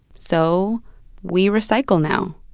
so we recycle now,